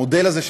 המודל הזה,